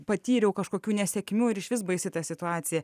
patyriau kažkokių nesėkmių ir išvis baisi ta situacija